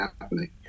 happening